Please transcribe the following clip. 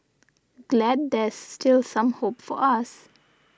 glad there's still some hope for us